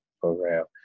program